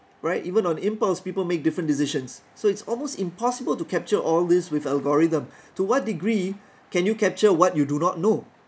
right even on impulse people make different decisions so it's almost impossible to capture all these with algorithm to what degree can you capture what you do not know